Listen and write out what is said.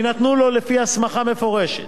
ויינתנו לו לפי הסמכה מפורשת.